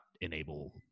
enable